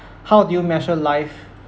how do you measure life